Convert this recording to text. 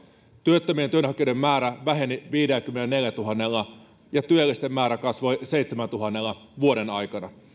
työttömien työnhakijoiden määrä väheni viidelläkymmenelläneljällätuhannella ja työllisten määrä kasvoi seitsemällätuhannella vuoden aikana